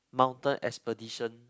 mountain expedition